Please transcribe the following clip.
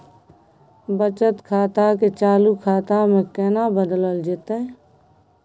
बचत खाता के चालू खाता में केना बदलल जेतै?